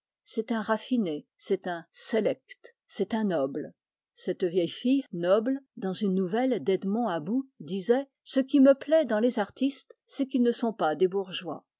c'est un raffiné c'est un select c'est un noble cette vieille fille noble dans une nouvelle d'edmond about disait ce qui me plaît dans les artistes c'est qu'ils ne sont pas des bourgeois